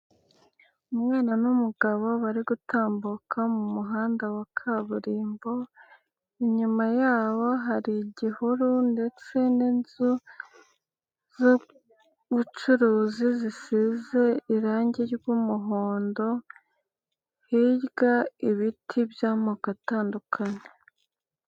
Umwana n'umugabo bari gutambuka mu muhanda wa kaburimbo, inyuma yabo hari igihuru ndetse n'inzu z'ubucuruzi zisize irangi ry'umuhondo, hirya ibiti by'amoko atandukanye.